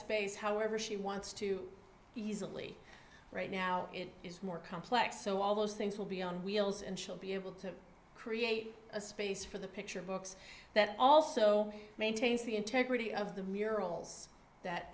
space however she wants to be easily right now it is more complex so all those things will be on wheels and she'll be able to create a space for the picture books that also maintains the integrity of the murals that